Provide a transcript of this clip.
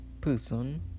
person